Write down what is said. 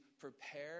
prepare